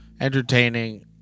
entertaining